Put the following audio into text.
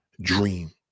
dream